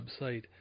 website